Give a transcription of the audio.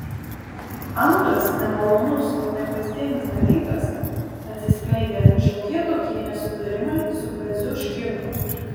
antras nemalonus kone kasdienis dalykas atsiskleidę šiokie tokie nesutarimai su kaziu škirpa